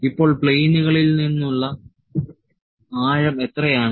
അപ്പോൾ പ്ലെയിനുകളിൽ നിന്നുള്ള ആഴം എത്രയാണ്